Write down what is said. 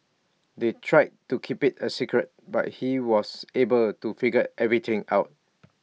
they tried to keep IT A secret but he was able to figure everything out